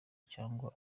cyangwa